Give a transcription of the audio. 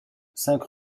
cinq